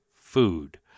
food